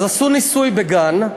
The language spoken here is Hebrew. עשו ניסוי בגן,